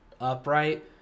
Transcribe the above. upright